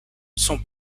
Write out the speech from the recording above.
son